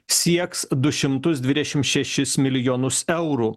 sieks du šimtus dvidešim šešis milijonus eurų